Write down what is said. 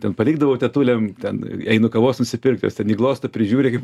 ten palikdavau tetulėm ten einu kavos nusipirkt jos ten jį glosto prižiūri kaip